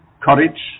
courage